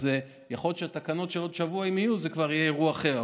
יכול להיות שהתקנות שיהיו עוד שבוע זה כבר יהיה אירוע אחר,